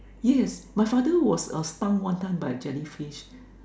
yes my father was uh stung one time by jellyfish